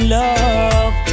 love